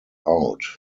out